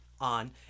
on